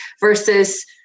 versus